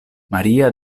maria